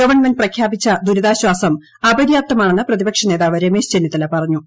government പ്രഖ്യാപിച്ച ദുരിതാശ്വാസം അപര്യാപ്തമാണെന്ന് പ്രതിപക്ഷ നേതാവ് രമേശ് ചെന്നിത്തല പറഞ്ഞു